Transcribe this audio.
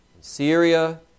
Syria